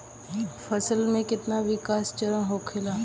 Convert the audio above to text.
फसल के कितना विकास चरण होखेला?